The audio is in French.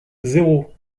zéro